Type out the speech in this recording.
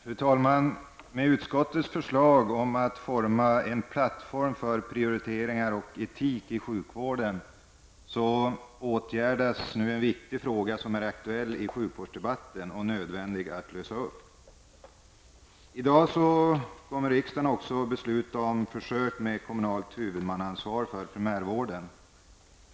Fru talman! Med utskottets förslag om att åstadkomma en plattform för prioriteringar och etik i sjukvården vidtas åtgärder i en i sjukvårdsdebatten viktig fråga, där det är nödvändigt att få en lösning. I dag kommer riksdagen också att besluta om försök med kommunalt huvudmannansvar för primärvården.